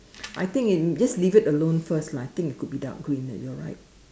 I think just leave it alone first lah I think it could be dark green you are right